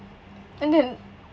and then